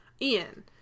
Ian